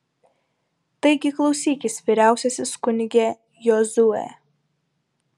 taigi klausykis vyriausiasis kunige jozue